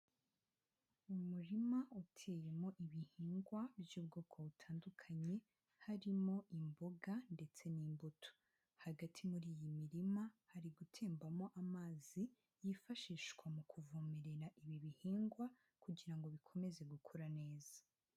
Umurima uteyemo ibihingwa by'ubwoko butandukanye, harimo imboga ndetse n'imbuto, hagati muri iyi mirima hari gutembamo amazi yifashishwa mu kuvomerera ibi bihingwa kugira ngo bikomeze gukura neza.